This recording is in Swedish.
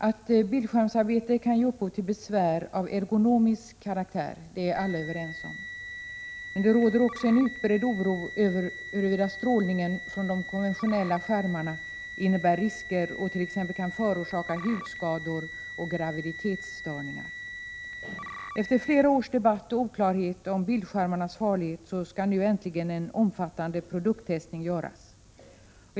Att bildskärmsarbete kan ge upphov till besvär av ergonomisk karaktär är alla överens om, men det råder också en utbredd oro över huruvida strålningen från de konventionella skärmarna innebär risker och t.ex. kan förorsaka hudskador och graviditetsstörningar. Efter flera års debatt och oklarhet om bildskärmarnas farlighet skall nu äntligen en omfattande produkttestning göras.